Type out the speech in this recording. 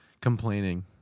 Complaining